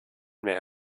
mehr